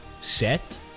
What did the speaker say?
set